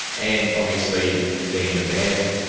and obviously being in a band,